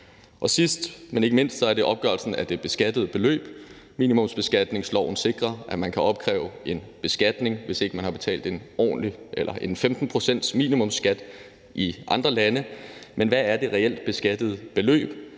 om. Sidst, men ikke mindst, handler det om opgørelsen af det beskattede beløb. Minimumsbeskatningsloven sikrer, at der kan opkræves en beskatning, hvis ikke man har betalt en 15-procentsminimumskat i andre lande. Men hvad er det reelt beskattede beløb?